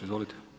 Izvolite.